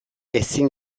ezin